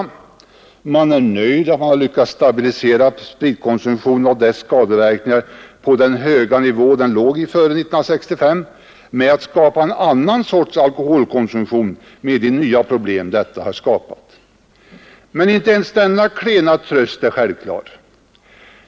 Reservanterna är nöjda med att man lyckats stabilisera spritkonsumtionen och dess skadeverkningar på den höga nivå där den låg före år 1965 genom att skapa en annan sorts alkoholkonsumtion med de nya problem den har medfört. Men inte ens denna klena tröst är självklar.